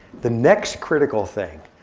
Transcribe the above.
the next critical thing.